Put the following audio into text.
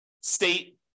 state